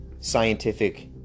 scientific